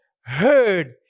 heard